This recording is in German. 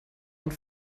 und